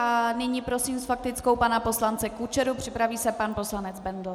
Nyní prosím s faktickou pana poslance Kučeru, připraví se pan poslanec Bendl.